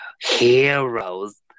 Heroes